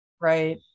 Right